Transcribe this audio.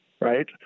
right